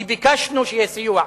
כי ביקשנו שיהיה סיוע,